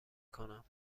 کنم